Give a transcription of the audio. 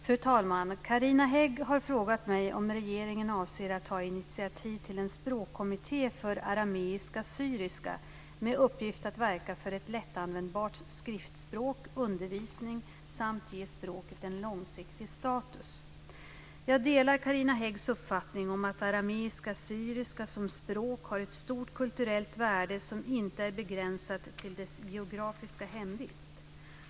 Fru talman! Carina Hägg har frågat mig om regeringen avser att ta initiativ till en språkkommitté för arameiska syriska som språk har ett stort kulturellt värde som inte är begränsat till dess geografiska hemvist.